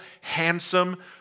handsome